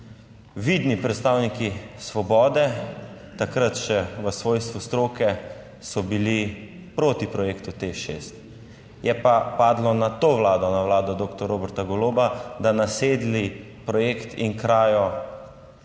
vidni predstavniki Svobode, takrat še v svojstvu stroke, so bili proti projektu TEŠ 6. Je pa padlo na to vlado, na vlado doktor Roberta Goloba, da nasedli projekt in krajo